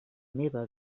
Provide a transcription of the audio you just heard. meva